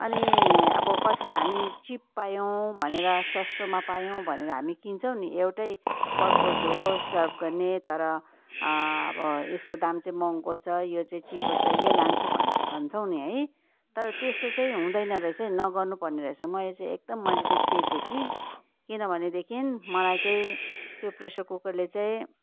अनि अब कति त हामी चिप पायौँ भनेर सस्तोमा पायौँ भनेर हामी किन्छौँ नि एउटै पर्पोज हो सर्भ गर्ने तर अब यसको दाम चाहिँ महँगो छ यो चाहिँ चिपर छ यही लान्छु भन्छ भन्छौँ नि है तर त्यस्तो चाहिँ हुँदैन रहेछ है नगर्नु पर्ने रहेछ मैले चाहिँ एकदम मैले चाहिँ चेतेँ कि किन भनेदेखि मलाई चाहिँ त्यो प्रेसर कुकरले चाहिँ